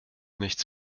nichts